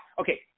okay